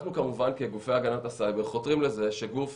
אנחנו כגופי הגנת הסייבר חותרים לזה שגוף